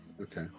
okay